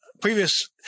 previous